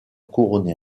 couronner